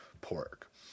pork